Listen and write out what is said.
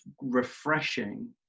refreshing